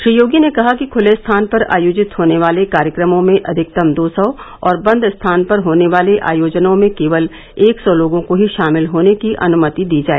श्री योगी ने कहा कि खुले स्थान पर आयोजित होने वाले कार्यक्रमों में अधिकतम दो सौ और बंद स्थान पर होने वाले आयोजनों में केवल एक सौ लोगों को ही शामिल होने की अनुमति दी जाए